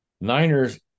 Niners